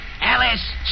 Alice